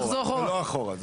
זה לא אחורה.